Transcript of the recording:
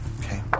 Okay